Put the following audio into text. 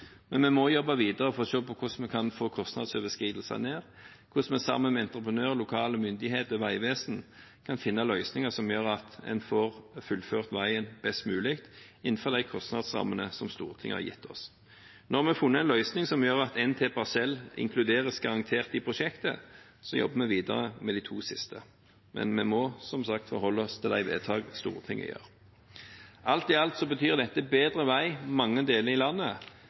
Men vi må jobbe videre for å se på hvordan vi kan få kostnadsoverskridelser ned, hvordan vi sammen med entreprenører, lokale myndigheter og vegvesen kan finne løsninger som gjør at en kan få fullført veien best mulig innenfor de kostnadsrammene Stortinget har gitt oss. Nå har vi funnet en løsning som gjør at en parsell til garantert inkluderes i prosjektet. Så jobber vi videre med de to siste, men vi må som sagt forholde oss til de vedtak som Stortinget fatter. Alt i alt betyr dette bedre vei i mange deler av landet,